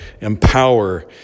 empower